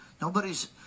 nobody's